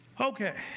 Okay